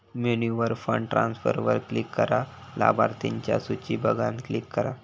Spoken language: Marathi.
मेन्यूवर फंड ट्रांसफरवर क्लिक करा, लाभार्थिंच्या सुची बघान क्लिक करा